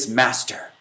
master